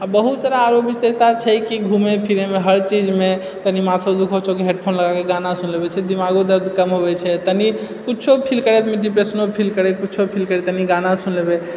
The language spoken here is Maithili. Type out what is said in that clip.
आ बहुत आरो विशेषता छै कि घुमै फिरैमे हर चीजमे तनि माथो दुखाइ छौ तऽ हेडफोन लगाके गाना सुनि लेबै छै दिमागो दर्द कम होबे छै तनि किछु फील करै आदमी डिप्रेसनो फील करै किछु फील करे तनि गाना सुनि लेबै